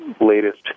latest